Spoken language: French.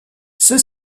ceux